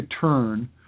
turn